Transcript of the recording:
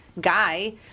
guy